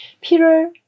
Peter